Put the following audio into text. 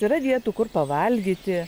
yra vietų kur pavalgyti